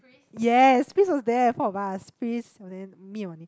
yes Pris was there four of us Pris oh then me and Wan-Ning